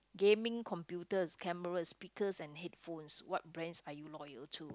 gaming computers cameras speakers and headphones what brands are you loyal to